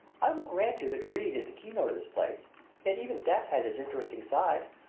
i will grant you that greed is the keynote of this place yet even that has its interesting side.